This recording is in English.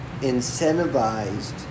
incentivized